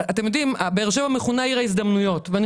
באר שבע מכונה עיר ההזדמנויות ואני